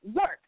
work